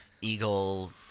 Eagle